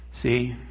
See